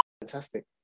Fantastic